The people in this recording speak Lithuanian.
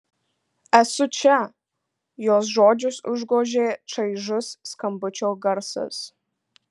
esu čia jos žodžius užgožė čaižus skambučio garsas